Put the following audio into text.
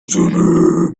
see